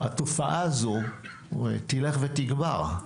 התופעה הזו תלך ותגבר.